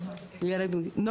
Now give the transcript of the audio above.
לנו